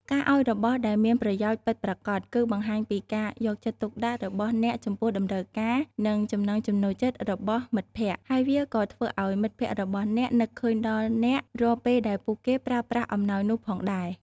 ការឱ្យរបស់ដែលមានប្រយោជន៍ពិតប្រាកដ គឺបង្ហាញពីការយកចិត្តទុកដាក់របស់អ្នកចំពោះតម្រូវការ និងចំណង់ចំណូលចិត្តរបស់មិត្តភក្តិ ហើយវាក៏ធ្វើឱ្យមិត្តភក្តិរបស់អ្នកនឹកឃើញដល់អ្នករាល់ពេលដែលពួកគេប្រើប្រាស់អំណោយនោះផងដែរ។